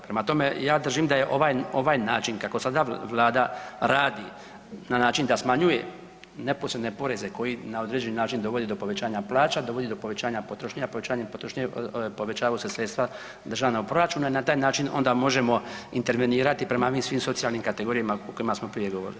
Prema tome, ja držim da je ovaj način kako sada Vlada radi na način da smanjuje neposredne poreze koji na određeni način dovode povećanja plaća, dovode po povećanja potrošnje, a povećanje potrošnje, povećavaju se sredstva državna u proračunu i na taj način onda možemo intervenirati prema ovim svim socijalnim kategorijama o kojima smo prije govorili.